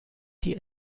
die